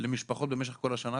למשפחות במשך כל השנה.